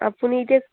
আপুনি এতিয়া